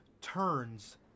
turns